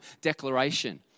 declaration